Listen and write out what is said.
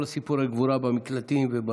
כל סיפורי הגבורה במקלטים.